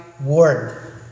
word